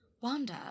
Wanda